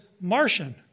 Martian